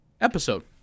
episode